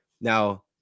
Now